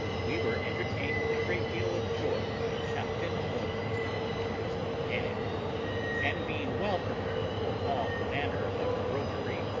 we were entertained with a great deal of joy by captain wilmot and his new gang and, being well prepared for all manner of roguery,